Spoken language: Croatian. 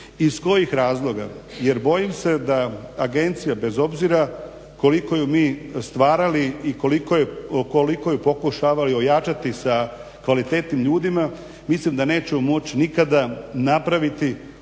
Iz kojih razloga? Jer bojim se da agencija bez obzira koliko je mi stvarali i koliko je pokušavali ojačati sa kvalitetnim ljudima mislim da nećemo moći nikada napraviti ono